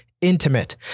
intimate